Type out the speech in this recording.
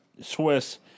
Swiss